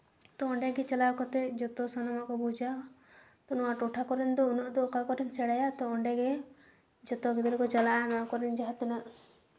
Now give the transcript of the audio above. ᱛᱚ ᱚᱸᱰᱮᱜᱮ ᱪᱟᱞᱟᱣ ᱠᱟᱛᱮ ᱡᱚᱛᱚ ᱥᱟᱱᱟᱢᱟᱜ ᱠᱚ ᱵᱩᱡᱟ ᱛᱚ ᱱᱚᱣᱟ ᱴᱚᱴᱷᱟ ᱠᱚᱨᱮᱱ ᱫᱚ ᱩᱱᱟᱹᱜ ᱫᱚ ᱚᱠᱟ ᱠᱚᱨᱮᱢ ᱥᱮᱬᱟᱭᱟ ᱛᱚ ᱚᱸᱰᱮᱜᱮ ᱡᱚᱛᱚ ᱜᱤᱫᱽᱨᱟᱹ ᱠᱚ ᱪᱟᱞᱟᱜᱼᱟ ᱱᱚᱣᱟ ᱠᱚᱨᱮᱱ ᱡᱟᱦᱟᱸ ᱛᱤᱱᱟᱹᱜ